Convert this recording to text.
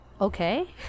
okay